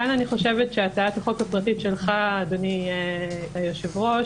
הצעת החוק הפרטית שלך, אדוני היושב-ראש,